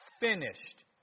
finished